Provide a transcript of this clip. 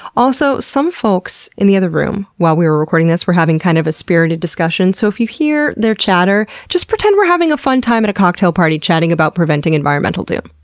also, some folks in the other room while we were recording this were having kind of a spirited discussion, so if you hear their chatter, just pretend we're having a fun time at a cocktail party chatting about preventing environmental doom.